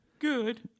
Good